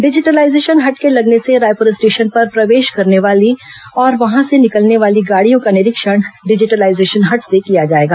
digitalisation hut के लगने से ्रायपुर स्टेशन पर प्रवेश करने वाली और यहां से निकलने वाली गाड़ियों का निरीक्षण डिजीटलाइजेशन हट से किया जाएगा